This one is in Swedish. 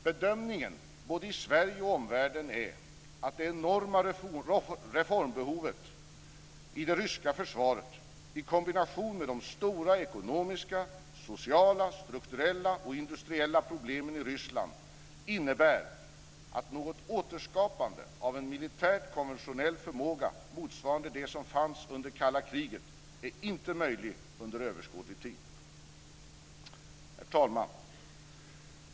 Bedömningen både i Sverige och omvärlden är att det enorma reformbehovet i det ryska försvaret i kombination med de stora ekonomiska, sociala, strukturella och industriella problemen i Ryssland innebär att något återskapande av en militärt konventionell förmåga motsvarande det som fanns under kalla kriget inte är möjlig under överskådlig tid. Herr talman!